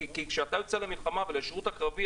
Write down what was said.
כי כשאתה יוצא למלחמה והשירות הקרבי